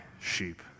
sheep